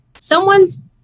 someone's